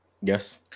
Yes